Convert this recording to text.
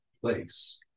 place